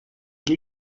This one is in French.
gai